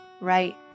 right